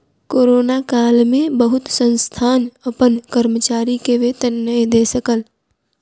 corona काल में बहुत संस्थान अपन कर्मचारी के वेतन नै दय सकल